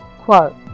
Quote